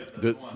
Good